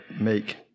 make